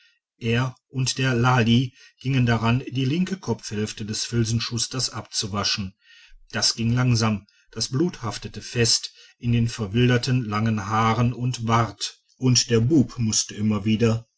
er und der lalli gingen daran die linke kopfhälfte des filzenschusters abzuwaschen das ging langsam das blut haftete fest in dem verwilderten langen haar und bart und der bub mußte immer wieder